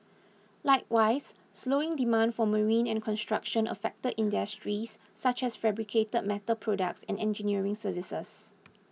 likewise slowing demand for marine and construction affected industries such as fabricated metal products and engineering services